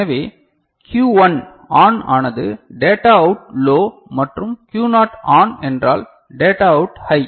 எனவே Q1 ON ஆனது data out low மற்றும் Q னாட் ON என்றால் டேட்டா அவுட் ஹை